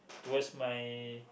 towards my